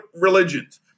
religions